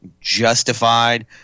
justified